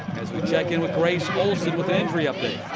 as we check in with grace olsen with an injury update.